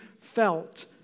felt